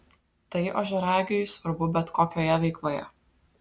tai ožiaragiui svarbu bet kokioje veikloje